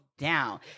down